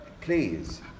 please